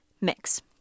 mix